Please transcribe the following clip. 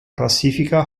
classifica